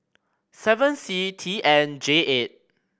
seven C T N J eight